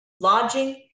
lodging